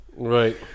Right